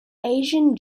asian